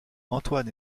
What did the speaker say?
antoine